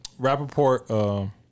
Rappaport